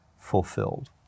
fulfilled